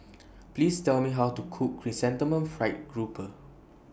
Please Tell Me How to Cook Chrysanthemum Fried Grouper